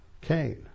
Cain